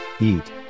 eat